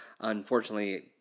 Unfortunately